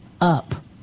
up